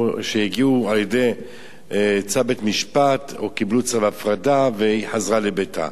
או שהגיעו על-ידי צו בית-משפט או קיבלו צו הפרדה וחזרו לביתן.